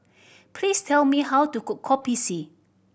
please tell me how to cook Kopi C